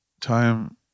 time